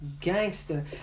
gangster